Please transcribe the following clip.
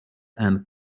and